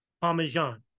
parmesan